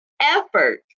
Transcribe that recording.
effort